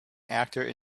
actor